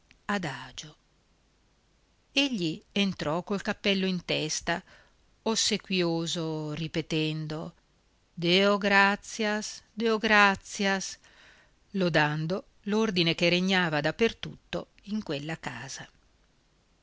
adagio egli entrò col cappello in testa ossequioso ripetendo deo gratias deo gratias lodando l'ordine che regnava da per tutto in quella casa